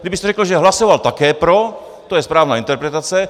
Kdybyste řekl, že hlasoval také pro, to je správná interpretace.